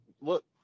look